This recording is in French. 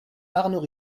arnaud